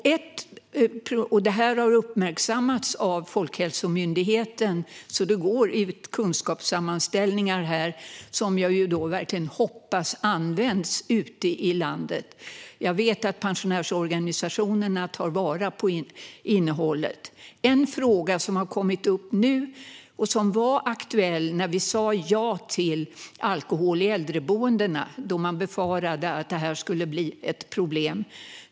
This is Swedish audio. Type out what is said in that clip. Detta har uppmärksammats av Folkhälsomyndigheten, så det går ut kunskapssammanställningar - som jag hoppas verkligen används ute i landet. Jag vet att pensionärsorganisationerna tar vara på innehållet. En fråga som var aktuell när vi sa ja till alkohol på äldreboendena var att man befarade att det skulle innebära problem.